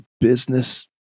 business